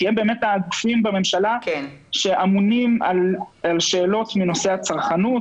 כי הם באמת הגופים בממשלה שאמונים על שאלות בנושא הצרכנות,